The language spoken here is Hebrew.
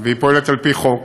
והיא פועלת על-פי חוק.